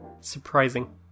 surprising